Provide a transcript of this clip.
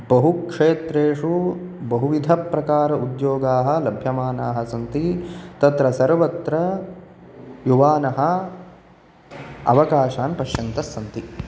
बहुक्षेत्रेषु बहुविधप्रकार उद्योगाः लभ्यमानाः सन्ति तत्र सर्वत्र युवानः अवकाशान् पश्यन्तः सन्ति